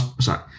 Sorry